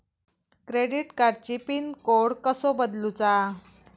Credit कार्डची pin code कसो बदलुचा?